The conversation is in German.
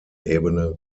ebene